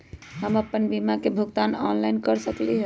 हम अपन बीमा के भुगतान ऑनलाइन कर सकली ह?